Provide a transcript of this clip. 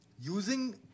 using